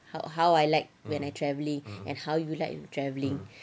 ho~ how I like when I travelling and how you like when travelling